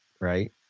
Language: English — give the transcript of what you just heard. right